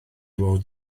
fod